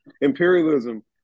imperialism